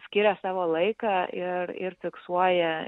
skiria savo laiką ir ir fiksuoja